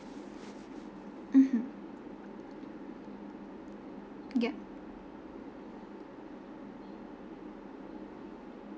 mmhmm yup